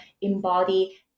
embody